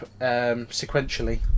sequentially